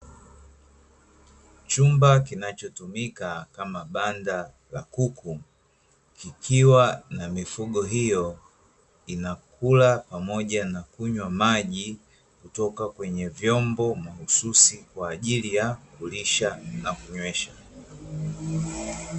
Chumba kinachotumika kama banda la kuku, kikiwa na mifugo hiyo, inakula pamoja na kunywa maji toka kwenye vyombo mahususi, kwa ajili ya kulisha na kunywesha.